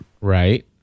Right